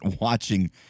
watching